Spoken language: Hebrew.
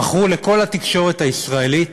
מכרו לכל התקשורת הישראלית